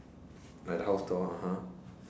like the house door